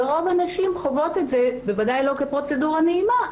ורוב הנשים חוות את זה בוודאי לא כפרוצדורה נעימה,